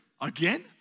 Again